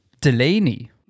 Delaney